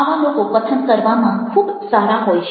આવા લોકો કથન કરવામાં ખૂબ સારા હોય છે